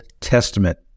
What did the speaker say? Testament